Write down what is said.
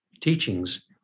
teachings